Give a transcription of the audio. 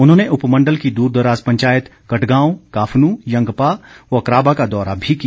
उन्होंने उपमण्डल की दूर दराज पंचायत कटगांव काफनू यंगप्पा व क्राबा का दौरा भी किया